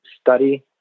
study